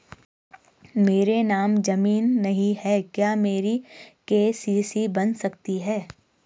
मेरे नाम ज़मीन नहीं है क्या मेरी के.सी.सी बन सकती है?